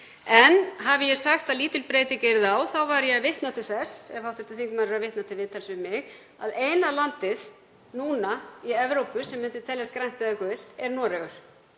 Hafi ég sagt að lítil breyting yrði á þá var ég að vitna til þess, ef hv. þingmaður er að vitna til viðtals við mig, að eina landið núna í Evrópu sem myndi teljast grænt eða gult er Noregur,